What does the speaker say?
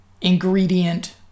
ingredient